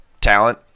talent